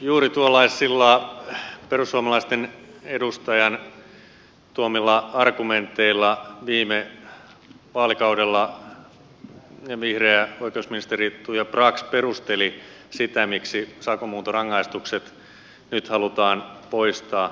juuri tuollaisilla perussuomalaisten edustajan tuomilla argumenteilla viime vaalikaudella vihreä oikeusministeri tuija brax perusteli sitä miksi sakon muuntorangaistukset nyt halutaan poistaa